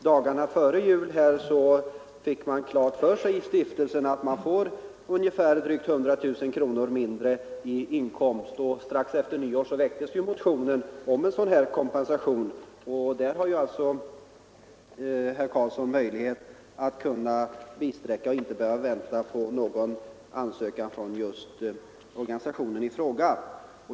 Dagarna före jul fick man i stiftelsen klart för sig att det skulle bli en inkomstminskning på kanske drygt 100 000 kronor, och strax efter nyår väcktes motionen 1014 om en kompensation för den. Herr Karlsson har alltså nu möjlighet att bisträcka stiftelsen utan att avvakta en ansökan från denna.